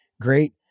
great